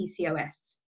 PCOS